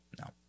no